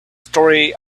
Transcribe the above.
story